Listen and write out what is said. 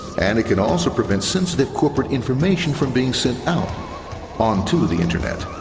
and it can also prevent sensitive corporate information from being sent out onto the internet.